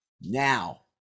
Now